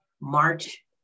March